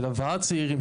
של הבאת צעירים,